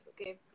okay